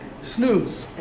Snooze